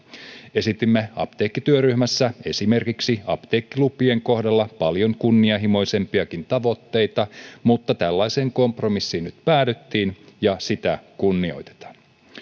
esitimme apteekkityöryhmässä esimerkiksi apteekkilupien kohdalla paljon kunnianhimoisempiakin tavoitteita mutta tällaiseen kompromissiin nyt päädyttiin ja sitä kunnioitetaan